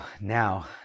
Now